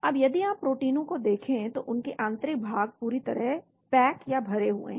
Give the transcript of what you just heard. अब यदि आप प्रोटीनों को देखें तो उनके आंतरिक भाग पूरी तरह पैक या भरे हुए हैं